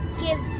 give